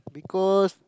because